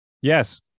Yes